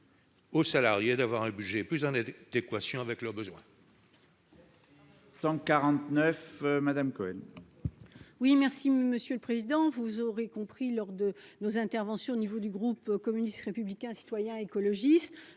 aux salariés d'avoir un budget plus en adéquation avec leurs besoins.